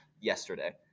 yesterday